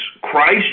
Christ